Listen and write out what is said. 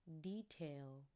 Detail